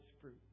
fruit